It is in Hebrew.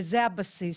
וזה הבסיס.